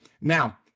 Now